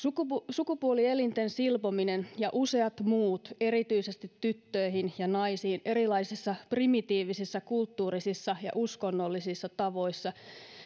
sukupuolielinten silpominen ja useat muut erityisesti tyttöihin ja naisiin erilaisissa primitiivisissä kulttuurisissa ja uskonnollisissa tavoissa